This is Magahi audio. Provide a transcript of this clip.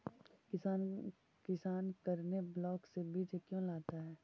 किसान करने ब्लाक से बीज क्यों लाता है?